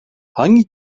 hangi